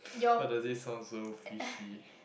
why does it sound so fishy